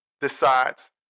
decides